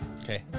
Okay